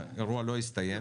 האירוע לא הסתיים,